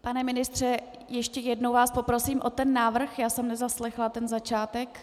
Pane ministře, ještě jednou vás poprosím o ten návrh, já jsem nezaslechla začátek.